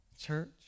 church